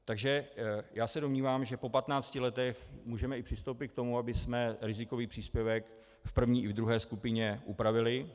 Takže já se domnívám, že po 15 letech můžeme i přistoupit k tomu, abychom rizikový příspěvek v první i v druhé skupině upravili.